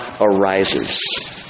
arises